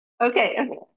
okay